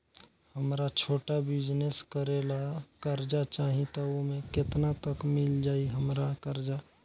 हमरा छोटा बिजनेस करे ला कर्जा चाहि त ओमे केतना तक मिल जायी हमरा कर्जा?